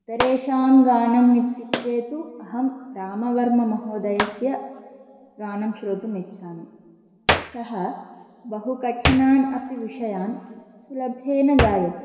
इतरेषां गानम् इत्युक्ते तु अहं रामवर्ममहोदस्य गानं श्रोतुम् इच्छामि सः बहुकठिनान् अपि विषयान् सुलभेन गायति